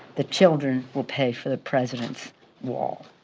the children will pay for the president's wall